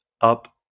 up